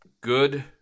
good